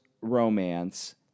romance